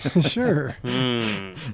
Sure